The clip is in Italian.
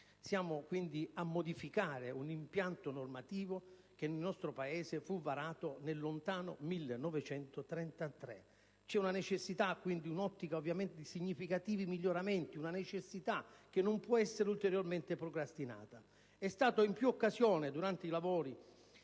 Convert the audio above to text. Siamo quindi chiamati a modificare un impianto normativo che nel nostro Paese fu varato nel lontano 1933. C'è la necessità di apportare significativi miglioramenti, una necessità che non può essere ulteriormente procrastinata. È stato in più occasioni ricordato